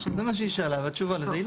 זה מה שהיא שאלה, והתשובה לזה היא לא.